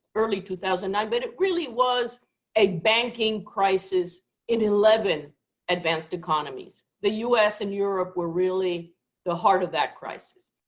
early two thousand and nine, but it really was a banking crisis in eleven advanced economies. the us and europe were really the heart of that crisis.